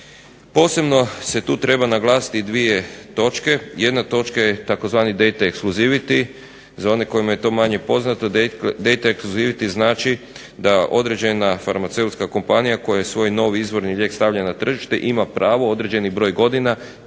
Posebno se tu treba naglasiti dvije točke. Jedna točka je tzv. data exclusivity, za one kojima je to manje poznato data exclusivity znači da određena farmaceutska kompanija koja svoj novi izvorni lijek stavlja na tržište ima pravo određeni broj godina